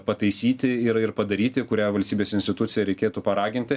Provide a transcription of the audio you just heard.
pataisyti ir ir padaryti kurią valstybės instituciją reikėtų paraginti